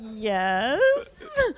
Yes